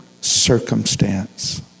circumstance